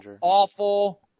awful